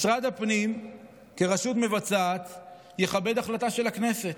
משרד הפנים כרשות מבצעת יכבד החלטה של הכנסת,